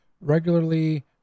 Regularly